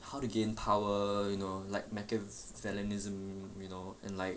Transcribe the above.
how to gain power you know like of you know and like